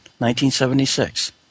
1976